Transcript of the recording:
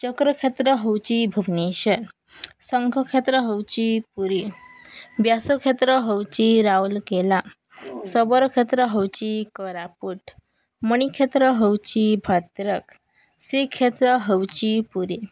ଚକ୍ର କ୍ଷେତ୍ର ହେଉଛି ଭୁବନେଶ୍ୱର ଶଙ୍ଖ କ୍ଷେତ୍ର ହେଉଛି ପୁରୀ ବ୍ୟାସ କ୍ଷେତ୍ର ହେଉଛି ରାଉରକେଲା ଶବର କ୍ଷେତ୍ର ହେଉଛି କୋରାପୁଟ ମଣି କ୍ଷେତ୍ର ହେଉଛି ଭଦ୍ରକ ଶ୍ରୀକ୍ଷେତ୍ର ହେଉଛି ପୁରୀ